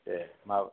दे माबा